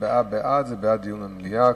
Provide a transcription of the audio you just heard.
הצבעה בעד זה בעד דיון במליאה,